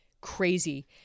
crazy